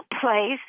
place